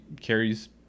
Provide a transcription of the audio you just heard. carries